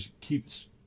keeps